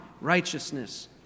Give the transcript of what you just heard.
righteousness